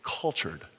cultured